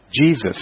Jesus